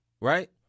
Right